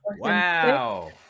Wow